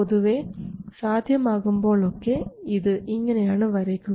പൊതുവേ സാധ്യമാകുമ്പോൾ ഒക്കെ ഇത് ഇങ്ങനെയാണ് വരയ്ക്കുക